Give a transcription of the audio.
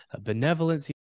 benevolence